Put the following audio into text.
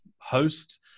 host